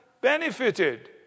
benefited